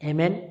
Amen